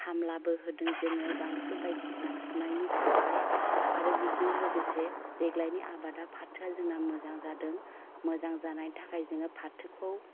खामलाबो होदों जोङो गांसो बायदिसिना फुनायनि थाखाय आरो बेजों लोगोसे देग्लायनि आबादा फाथोआ जोंना मोजां जादों मोजां जानायनि थाखाय जोङो फाथोखौ